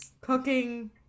cooking